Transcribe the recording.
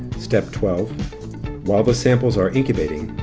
step twelve while the samples are incubating,